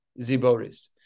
Ziboris